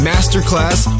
Masterclass